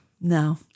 No